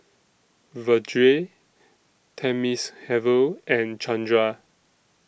Vedre Thamizhavel and Chandra